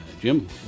Jim